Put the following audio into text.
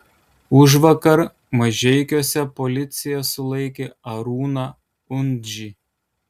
užvakar mažeikiuose policija sulaikė arūną undžį